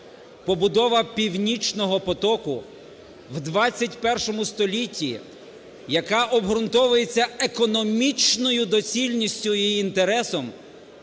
Побудова "Північного потоку" в ХХІ столітті, яка обґрунтовується економічною доцільністю і її інтересом,